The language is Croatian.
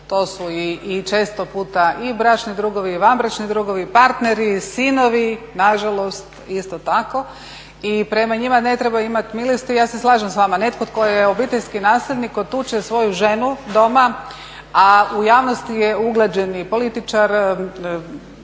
to su i često puta i bračni drugovi, i vanbračni drugovi, i partneri, sinovi nažalost isto tako. I prema njima ne treba imati milosti. Ja se slažem s vama, netko tko je obiteljski nasilnik, ko tuče svoju ženu doma, a u javnosti je uglađeni političar,